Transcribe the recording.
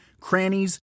crannies